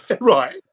Right